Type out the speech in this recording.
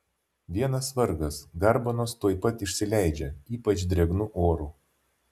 vienas vargas garbanos tuoj pat išsileidžia ypač drėgnu oru